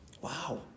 Wow